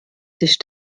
sich